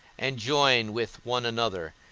and join with one another,